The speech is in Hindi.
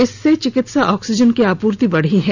इससे चिकित्सा ऑक्सीजन की आपूर्ति बढ़ी है